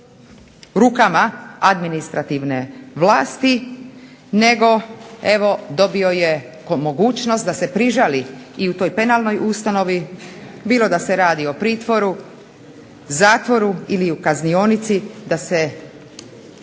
rukama administrativne vlasti nego evo dobio je kao mogućnost da se prižali i u toj penalnoj ustanovi bilo da se radi o pritvoru, zatvoru ili u kaznionici da se